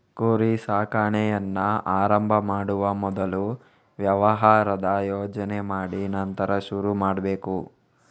ಕುರಿ ಸಾಕಾಣೆಯನ್ನ ಆರಂಭ ಮಾಡುವ ಮೊದಲು ವ್ಯವಹಾರದ ಯೋಜನೆ ಮಾಡಿ ನಂತರ ಶುರು ಮಾಡ್ಬೇಕು